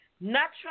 natural